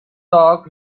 dog